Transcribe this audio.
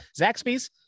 Zaxby's